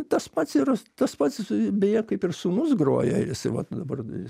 tas pats ir tas pats beje kaip ir sūnus groja jisai vat dabar